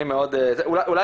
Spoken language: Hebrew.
אולי